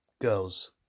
girls